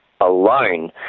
alone